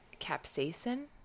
capsaicin